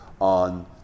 on